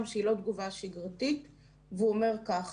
שהיא לא תגובה שגרתית והוא אומר ככה: